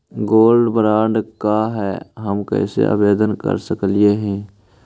Gold bond का है, हम कैसे आवेदन कर सकली ही?